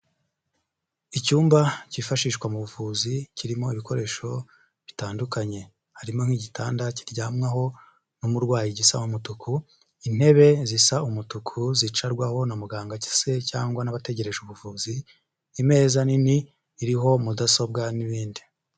Icyumba cyifashishwa mu buvuzi kirimo ibikoresho bitandukanye, harimo nk'igitanda kiryamwaho n'umurwayi gisaba umutuku, intebe zisa umutuku zicarwaho na muganga se cyangwa n'abategereje ubuvuzi, imeza nini iriho mudasobwa n'ibindi...